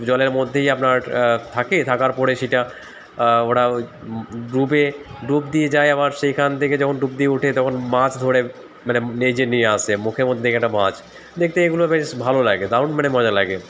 জলের মধ্যেই আপনার থাকে থাকার পরে সেটা ওরা ডুবে ডুব দিয়ে যায় আবার সেইখান থেকে যখন ডুব দিয়ে উঠে তখন মাছ ধরে মানে নেজে নিয়ে আসে মুখের মধ্যে একটা মাছ দেখতে এগুলো বেশ ভালো লাগে দারুণ মানে মজা লাগে